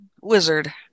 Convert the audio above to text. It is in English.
Wizard